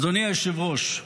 אדוני היושב-ראש,